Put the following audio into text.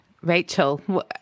Rachel